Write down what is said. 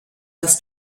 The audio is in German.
dass